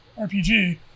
RPG